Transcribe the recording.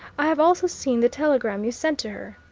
i have also seen the telegram you sent to her.